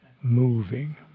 moving